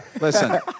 Listen